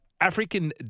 African